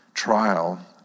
trial